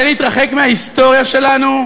כדי להתרחק מההיסטוריה שלנו,